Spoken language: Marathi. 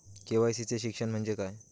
के.वाय.सी चे शिक्षण म्हणजे काय?